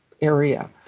area